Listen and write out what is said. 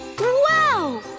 Wow